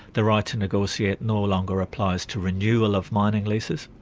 the right to negotiate no longer applies to renewal of mining leases.